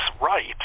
right